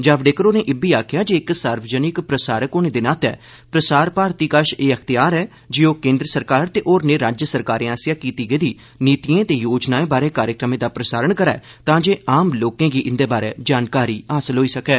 जावडेकर होरें इब्बी आखेआ जे इक सार्वजनिक प्रसारक होने दे नाते प्रसार भारती कश एह अख्तियार ऐ जे ओह केन्द्र सरकार ते होरनें राज्य सरकारें आसेआ लागू कीती गेदी नीतिएं ते योजनाएं बारै कार्यक्रमें दा प्रसारण करै तांजे आम लोकें गी इंदे बारै जानकारी हासल होई सकै